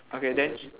okay then